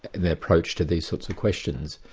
their approach to these sorts of questions.